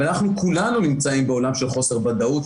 אבל אנחנו כולנו נמצאים בעולם של חוסר ודאות,